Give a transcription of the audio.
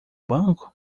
banco